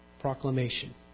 Proclamation